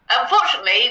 Unfortunately